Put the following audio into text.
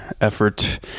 effort